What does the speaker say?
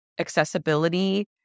accessibility